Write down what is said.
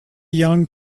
young